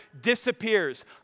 disappears